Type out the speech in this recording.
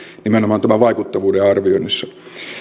nimenomaan vaikuttavuuden arvioinnissa